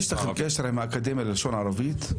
יש לכם קשר עם האקדמיה ללשון הערבית?